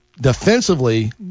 defensively